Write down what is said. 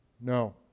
No